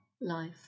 life